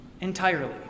Entirely